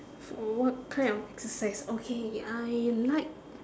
for what kind of exercise okay I like